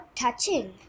touching